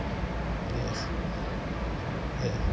yes yeah